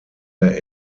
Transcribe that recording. der